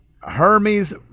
Hermes